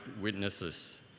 witnesses